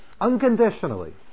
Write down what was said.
unconditionally